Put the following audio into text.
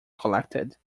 collected